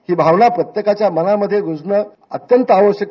ही भावना प्रत्येकाच्या मनामध्ये रूजणं अत्यंत आवश्यक आहे